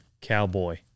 Cowboy